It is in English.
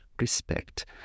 respect